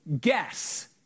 guess